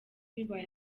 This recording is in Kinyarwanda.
bibaye